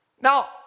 Now